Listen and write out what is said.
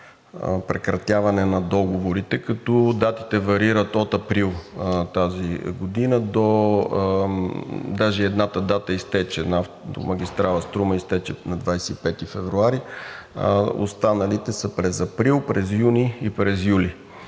прекратяване на договорите, като датите варират от април тази година, даже едната дата изтече – на автомагистрала „Струма“, на 25 февруари, останалите са през април, през юни и през юли.